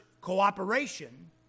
cooperation